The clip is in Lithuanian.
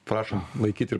prašom laikyt